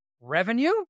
revenue